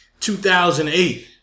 2008